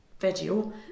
video